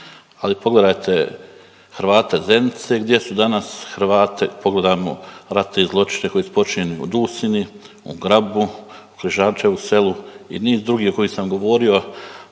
Ali pogledajte Hrvate Zenice gdje su danas Hrvate. Pogledajmo ratne zločine koji su počinjeni u Dusinji, u Grabu, Križančevu selu i niz drugih o kojima sam govorio,